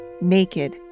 naked